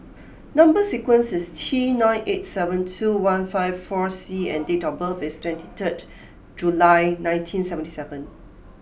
number sequence is T nine eight seven two one five four C and date of birth is twenty third July nineteen seventy seven